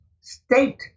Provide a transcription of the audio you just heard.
state